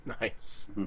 Nice